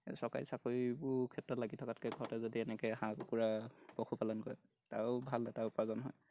চৰকাৰী চাকৰিবোৰ ক্ষেত্ৰত লাগি থকাতকৈ ঘৰতে যদি এনেকৈ হাঁহ কুকুৰা পশুপালন কৰে তাৰো ভাল এটা উপাৰ্জন হয়